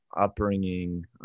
upbringing